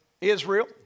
Israel